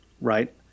right